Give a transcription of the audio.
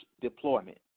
deployment